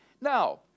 Now